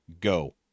Go